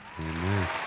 Amen